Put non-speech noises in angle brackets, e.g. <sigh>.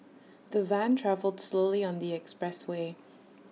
the van travelled slowly on the expressway <noise>